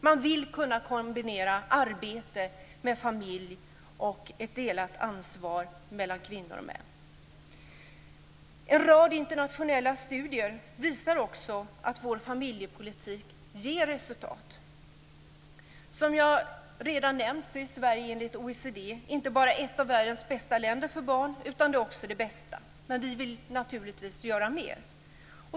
Man vill kunna kombinera arbete med familj och ett delat ansvar mellan kvinnor och män. En rad internationella studier visar också att vår familjepolitik ger resultat. Som jag redan nämnt är Sverige enligt OECD inte bara ett av världens bästa länder för barn utan det allra bästa. Men vi vill naturligtvis göra mer.